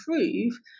improve